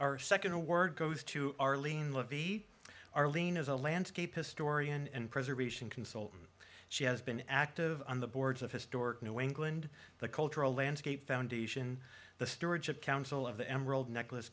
our second a word goes to arlene levy arlene is a landscape historian and preservation consultant she has been active on the boards of historic new england the cultural landscape foundation the stewardship council of the emerald necklace